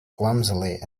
clumsily